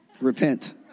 Repent